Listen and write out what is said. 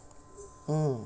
mm